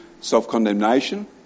self-condemnation